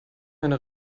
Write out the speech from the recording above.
meine